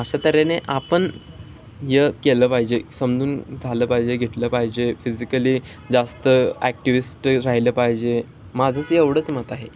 अशा तऱ्हेने आपण य केलं पाहिजे समजून झालं पाहिजे घेतलं पाहिजे फिजिकली जास्त ॲक्टिव्हिस्ट राहिलं पाहिजे माझंच एवढंच मत आहे